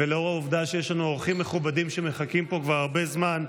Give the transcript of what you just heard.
ולאור העובדה שיש לנו אורחים מכובדים שמחכים פה כבר הרבה זמן,